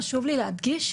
להגיד: